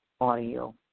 audio